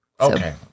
Okay